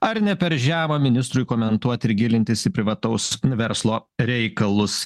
ar ne per žema ministrui komentuot ir gilintis į privataus verslo reikalus